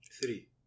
Three